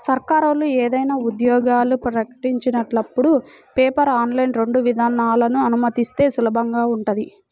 సర్కారోళ్ళు ఏదైనా ఉద్యోగాలు ప్రకటించినపుడు పేపర్, ఆన్లైన్ రెండు విధానాలనూ అనుమతిస్తే సులభంగా ఉంటది